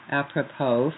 apropos